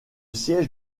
siège